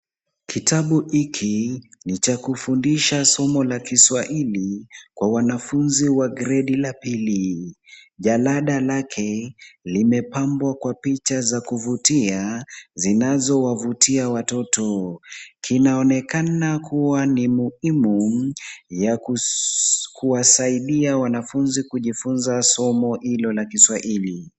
Kitabu hiki ni cha kufundisha somo la kiswahili kwa wanafunzi wa gredi la pili. Jalada lake limepambwa kwa picha za kuvutia zinazowavutia watoto. Kinaonekana kuwa ni muhimu kuwasaidia wanafunzi kujifunza somo hilo la kiswahili.